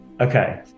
Okay